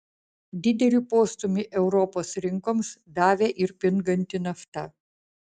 didelį postūmį europos rinkoms davė ir pinganti nafta